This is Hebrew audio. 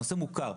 הנושא מוכר.